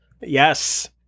yes